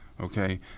okay